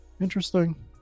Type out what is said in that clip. Interesting